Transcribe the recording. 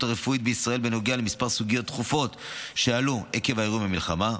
הרפואית בישראל בנוגע לכמה סוגיות דחופות שעלו עקב האירועים והמלחמה.